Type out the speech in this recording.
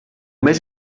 més